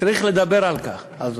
צריך לדבר על כך.